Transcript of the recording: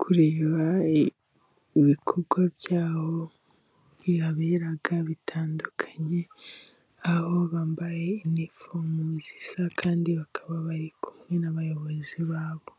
kureba ibikorwa byabo bihabera bitandukanye aho bambaye inifomu zisa kandi bakaba bari kumwe n'abayobozi babo.